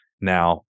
Now